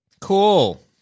Cool